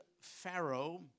Pharaoh